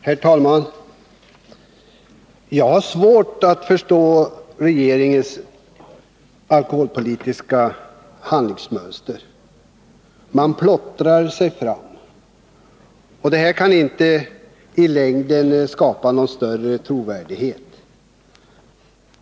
Herr talman! Jag har svårt att förstå regeringens alkoholpolitiska handlingsmönster. Man plottrar sig fram. Det skapar inte i längden någon större trovärdighet.